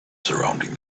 surrounding